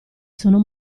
sono